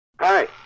Hi